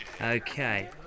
Okay